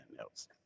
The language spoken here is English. else